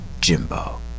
Jimbo